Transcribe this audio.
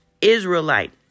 Israelite